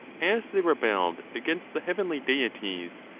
as they rebelled against the heavenly deities,